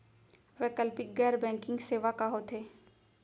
वैकल्पिक गैर बैंकिंग सेवा का होथे?